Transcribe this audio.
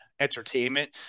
entertainment